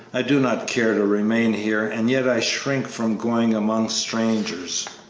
i do not care to remain here, and yet i shrink from going among strangers.